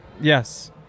Yes